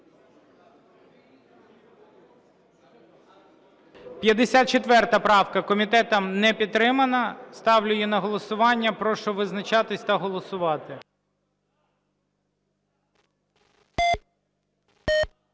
54 правка. Комітетом не підтримана. Ставлю її на голосування. Прошу визначатись та голосувати.